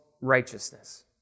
righteousness